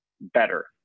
better